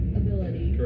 ability